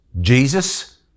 Jesus